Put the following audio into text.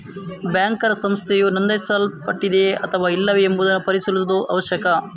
banker ಸಂಸ್ಥೆಯು ನೋಂದಾಯಿಸಲ್ಪಟ್ಟಿದೆಯೇ ಅಥವಾ ಇಲ್ಲವೇ ಎಂಬುದನ್ನು ಪರಿಶೀಲಿಸುವುದು ಅವಶ್ಯಕ